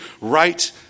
right